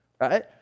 right